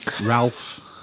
Ralph